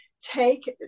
take